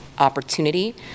opportunity